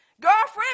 Girlfriend